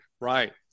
Right